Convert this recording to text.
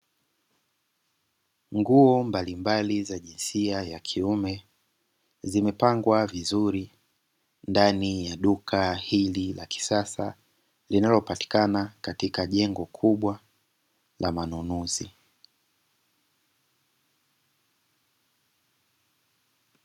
Nguo mbalimbali za jinsia ya kiume, zimepangwa vizuri ndani ya duka hili la kisasa linalopatikana katika jengo kubwa la manunuzi.